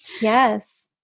Yes